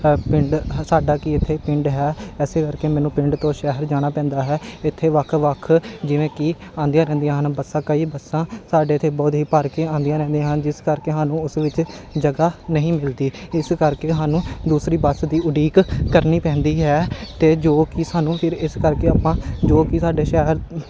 ਪਿੰਡ ਸਾਡਾ ਕਿ ਇੱਥੇ ਪਿੰਡ ਹੈ ਇਸੇ ਕਰਕੇ ਮੈਨੂੰ ਪਿੰਡ ਤੋਂ ਸ਼ਹਿਰ ਜਾਣਾ ਪੈਂਦਾ ਹੈ ਇੱਥੇ ਵੱਖ ਵੱਖ ਜਿਵੇਂ ਕਿ ਆਉਂਦੀਆਂ ਰਹਿੰਦੀਆਂ ਹਨ ਬੱਸਾਂ ਕਈ ਬੱਸਾਂ ਸਾਡੇ ਇੱਥੇ ਬਹੁਤ ਹੀ ਭਰ ਕੇ ਆਉਂਦੀਆਂ ਰਹਿੰਦੀਆਂ ਹਨ ਜਿਸ ਕਰਕੇ ਸਾਨੂੰ ਉਸ ਵਿੱਚ ਜਗ੍ਹਾ ਨਹੀਂ ਮਿਲਦੀ ਇਸ ਕਰਕੇ ਸਾਨੂੰ ਦੂਸਰੀ ਬੱਸ ਦੀ ਉਡੀਕ ਕਰਨੀ ਪੈਂਦੀ ਹੈ ਅਤੇ ਜੋ ਕਿ ਸਾਨੂੰ ਫਿਰ ਇਸ ਕਰਕੇ ਆਪਾਂ ਜੋ ਕਿ ਸਾਡੇ ਸ਼ਹਿਰ